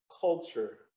culture